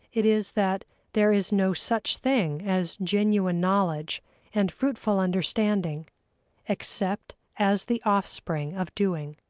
it is that there is no such thing as genuine knowledge and fruitful understanding except as the offspring of doing.